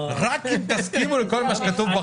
רק אם תסכימו לכל מה שכתוב בחוק שלך.